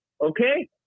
okay